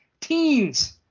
teens